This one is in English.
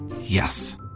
Yes